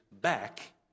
back